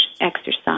exercise